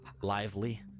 lively